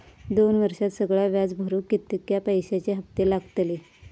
दोन वर्षात सगळा व्याज भरुक कितक्या पैश्यांचे हप्ते लागतले?